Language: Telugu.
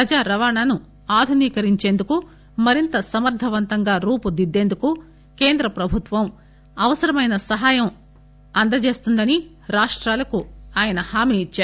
ప్రజా రవాణాను ఆధునీకరించేందుకు మరింత సమర్ధవంతంగా రూపుదిద్దేందుకు కేంద్ర ప్రభుత్వం అవసరమైన సహాయాన్ని అందిస్తుందని రాష్టాలకు ఆయన హామీ ఇచ్చారు